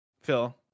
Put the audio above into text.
phil